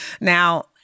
Now